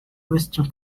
western